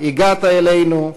הגעת אלינו,